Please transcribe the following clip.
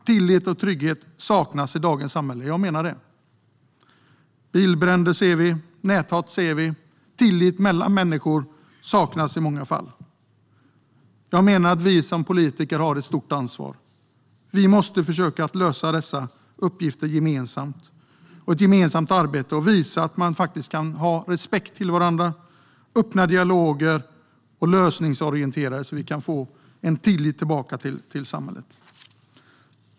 Tillit och trygghet saknas i dagens samhälle. Bilbränder ser vi, näthat ser vi. Tillit mellan människor saknas i många fall. Jag menar att vi som politiker har ett stort ansvar. Vi måste försöka att lösa dessa uppgifter gemensamt och visa att man faktiskt kan ha respekt för varandra. Vi ska ha öppna dialoger och vara lösningsorienterade, så att vi kan få tillbaka en tillit till samhället.